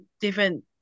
different